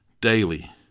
daily